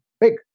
big